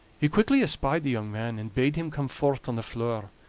he quickly espied the young man, and bade him come forth on the floor.